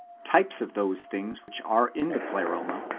types of those things which are in the pleroma,